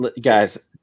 Guys